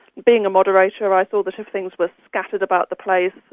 being a moderator i saw that if things were scattered about the place,